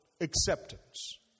acceptance